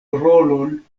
rolon